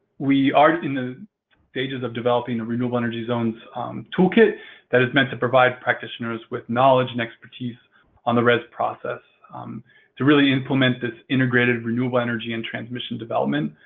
we are in the stages of developing a renewable energy zones toolkit that is meant to provide practitioners with knowledge and expertise on the rez process to really implement this integrated renewable energy and transmission development,